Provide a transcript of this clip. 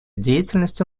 деятельностью